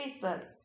Facebook